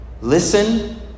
Listen